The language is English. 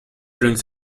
rings